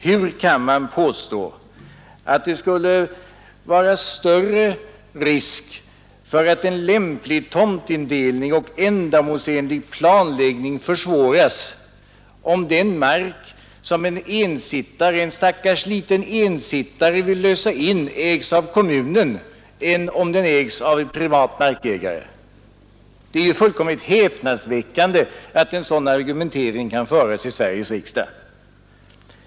Hur kan man påstå att det skulle vara större risk för att en lämplig tomtindelning och en ändamålsenlig planläggning försvåras, om den mark, som en stackars liten ensittare vill lösa in, ägs av kommunen än om den ägs av en privat markägare? Det är ju fullkomligt häpnadsväckande att en sådan argumentering kan föras i Sveriges riksdag.